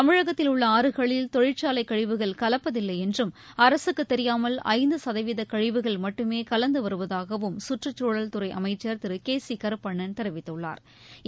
தமிழகத்தில் உள்ள ஆறுகளில் தொழிற்சாலை கழிவுகள் கலப்பதில்லை என்றும் அரசுக்குத் தெரியாமல் ஐந்து சதவீத கழிவுகள் மட்டுமே கலந்து வருவதாகவும் சுற்றுச்சூழல் துறை அமைச்சா் திரு கே சி கருப்பண்ணன் தெரிவித்துள்ளாா்